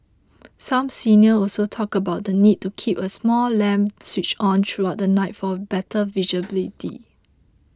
some seniors also talked about the need to keep a small lamp switched on throughout the night for better visibility